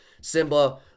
Simba